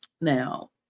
Now